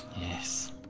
Yes